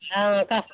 आओर बताउ